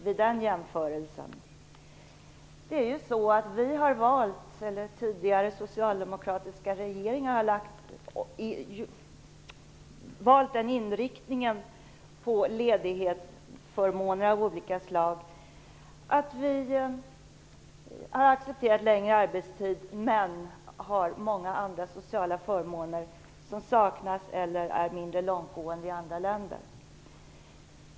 Vi, eller rättare sagt tidigare socialdemokratiska regeringar, har valt den inriktningen på ledighetsförmåner av olika slag. Vi har accepterat längre arbetstid men har många andra sociala förmåner som saknas eller är mindre långtgående i andra länder.